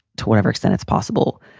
to whatever extent it's possible,